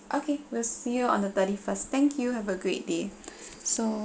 okay let's see you on the thirty first thank you have a great day so